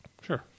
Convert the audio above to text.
Sure